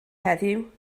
heddiw